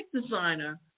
designer